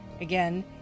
again